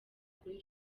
kuri